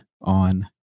on